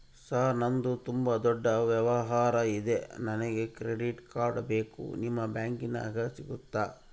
Sir ನಂದು ತುಂಬಾ ದೊಡ್ಡ ವ್ಯವಹಾರ ಇದೆ ನನಗೆ ಕ್ರೆಡಿಟ್ ಕಾರ್ಡ್ ಬೇಕು ನಿಮ್ಮ ಬ್ಯಾಂಕಿನ್ಯಾಗ ಸಿಗುತ್ತಾ?